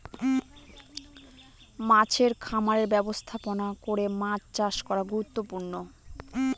মাছের খামারের ব্যবস্থাপনা করে মাছ চাষ করা গুরুত্বপূর্ণ